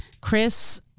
chris